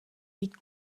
být